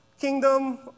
kingdom